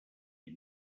die